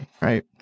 right